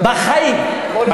כמו למשל?